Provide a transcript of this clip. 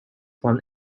one